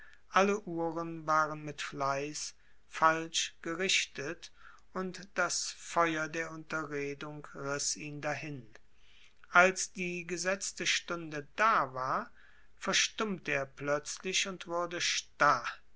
alle uhren waren mit fleiß falsch gerichtet und das feuer der unterredung riß ihn dahin als die gesetzte stunde da war verstummte er plötzlich und wurde starr